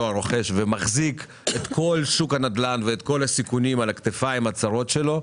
הרוכש ומחזיק את כל שוק הנדל"ן ואת כל הסיכונים על הכתפיים הצרות שלו,